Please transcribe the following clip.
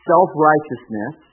self-righteousness